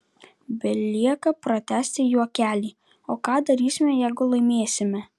belieka pratęsti juokelį o ką darysime jeigu laimėsime